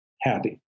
happy